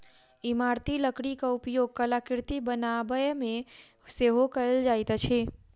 इमारती लकड़ीक उपयोग कलाकृति बनाबयमे सेहो कयल जाइत अछि